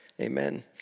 Amen